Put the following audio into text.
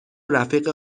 رفیق